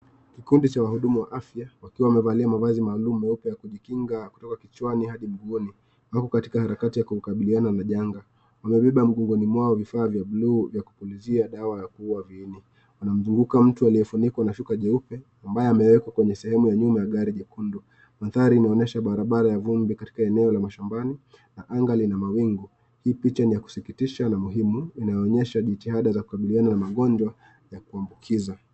Kikundi cha wahudumu wa afya, wakiwa wamevalia mavazi maalum meupe ya kujikinga kutoka kichwani hadi mguuni, wako katika harakati ya kukabiliana na janga. Wamebeba mgongoni mwao vifaa vya bluu vya kupulizia dawa ya kuua viini. Wanamzunguka mtu aliyefunikwa na shuka jeupe, ambaye ameekwa kwenye sehemu ya nyuma ya gari jekundu. Mandhari inaonyesha barabara ya vumbi katika eneo la mashambani na anga lenye mawingu. Hii picha ni ya kusikitisha na muhimu inayoonyesha jitiada za kukabiliana na magonjwa ya kuambukiza.